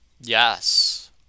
yes